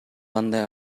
кандай